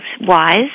wise